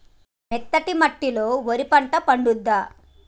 మెత్తటి మట్టిలో వరి పంట పండుద్దా?